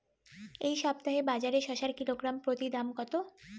এই সপ্তাহে বাজারে শসার কিলোগ্রাম প্রতি দাম কত?